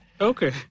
Okay